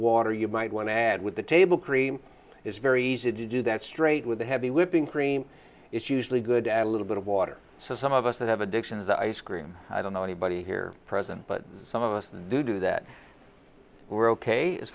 water you might want to add with the table cream it's very easy to do that straight with a heavy whipping cream it's usually good add a little bit of water so some of us that have addictions ice cream i don't know anybody here present but some of the do that were ok as